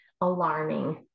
alarming